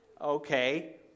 Okay